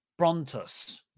Brontus